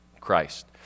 Christ